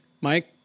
Mike